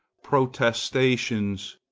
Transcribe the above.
protestations,